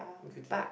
we could do that